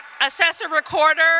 assessor-recorder